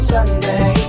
Sunday